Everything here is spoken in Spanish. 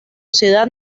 ciudad